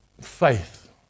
faith